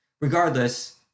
regardless